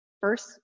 First